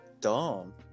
dumb